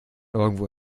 irgendwo